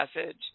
message